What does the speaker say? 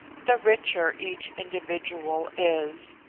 the richer each individual is,